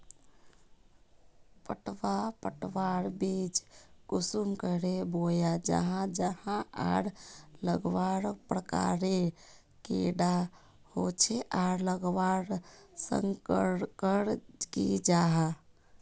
पटवा पटवार बीज कुंसम करे बोया जाहा जाहा आर लगवार प्रकारेर कैडा होचे आर लगवार संगकर की जाहा?